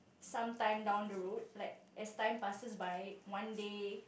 some time down the road like as time passes by one day